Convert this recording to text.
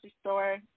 store